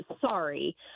sorry